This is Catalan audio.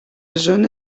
zona